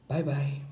Bye-bye